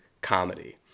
comedy